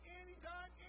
anytime